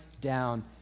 down